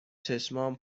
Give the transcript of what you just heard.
چشمام